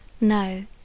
no